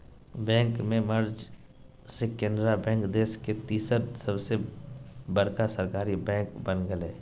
bank के merge से Canara bank देश के तीसर सबसे बड़का सरकारी बैंक बन गेलय